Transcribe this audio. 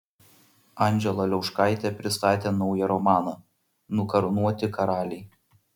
anžela liauškaitė pristatė naują romaną nukarūnuoti karaliai